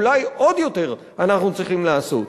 אולי עוד יותר אנחנו צריכים לעשות.